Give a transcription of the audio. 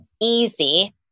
easy